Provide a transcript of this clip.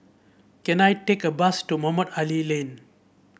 can I take a bus to Mohamed Ali Lane